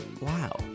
wow